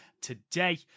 today